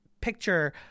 picture